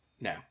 No